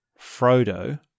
Frodo